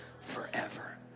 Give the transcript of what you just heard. forever